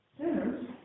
Sinners